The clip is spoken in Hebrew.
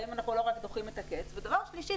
האם אנחנו לא רק דוחים את הקץ?; דבר שלישי,